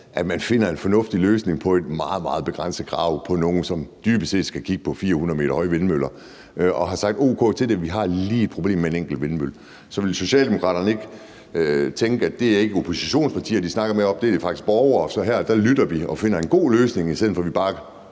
at man finder en fornuftig løsning på et meget, meget begrænset krav fra nogle, som skal kigge på 400 m høje vindmøller og har sagt o.k. til det, men lige har et problem med en enkelt vindmølle. Så vil Socialdemokraterne ikke tænke på, at det ikke er oppositionspartier, de snakker om det med; det er faktisk borgere. Så her lytter vi og finder en god løsning, i stedet for at vi bare